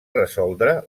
resoldre